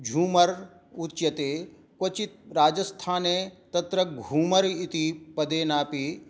झूमर् उच्यते क्वचित् राजस्थाने तत्र घूमर् इति पदेनापि